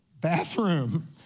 bathroom